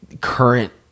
current